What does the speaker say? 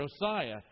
Josiah